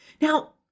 Now